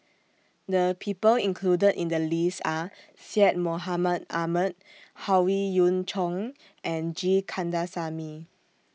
The People included in The list Are Syed Mohamed Ahmed Howe Yoon Chong and G Kandasamy